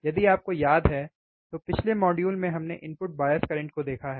यदि आपको याद है तो पिछले मॉड्यूल में हमने इनपुट बायस करंट को देखा है